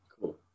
Cool